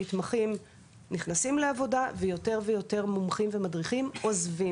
המתמחים נכנסים לעבודה ויותר ויותר מומחים עוזבים.